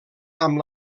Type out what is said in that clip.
amb